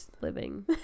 living